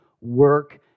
work